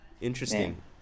Interesting